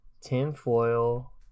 Tinfoil